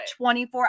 24